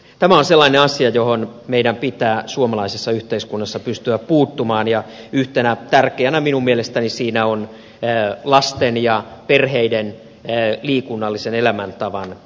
tämä on sellainen asia johon meidän pitää suomalaisessa yhteiskunnassa pystyä puuttumaan ja yhtenä tärkeänä asiana minun mielestäni siinä on lasten ja perheiden liikunnallisen elämäntavan vahvistaminen